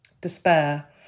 despair